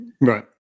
Right